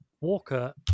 Walker